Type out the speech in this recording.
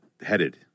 headed